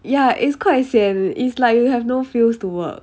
ya it's quite sian is like you have no feels to work